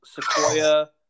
Sequoia